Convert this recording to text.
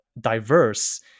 diverse